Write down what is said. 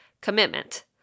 commitment